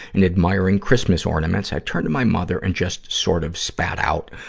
and admiring christmas ornaments, i turned to my mother and just sort of spat out,